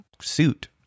suit